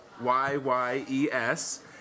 Y-Y-E-S